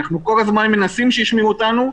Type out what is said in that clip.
אנחנו כל הזמן מנסים שישמעו אותנו,